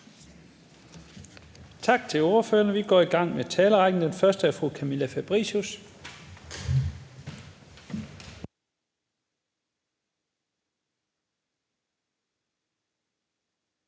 Tak til ordføreren. Vi går i gang med talerrækken. Den første er fru Camilla Fabricius.